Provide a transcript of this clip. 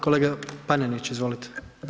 Kolega Panenić, izvolite.